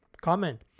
Comment